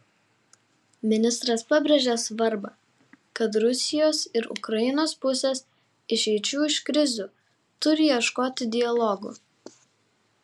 ministras pabrėžė svarbą kad rusijos ir ukrainos pusės išeičių iš krizių turi ieškoti dialogu